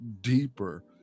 deeper